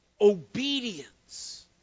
obedience